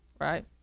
right